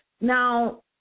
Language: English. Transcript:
Now